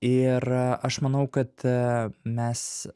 ir aš manau kad mes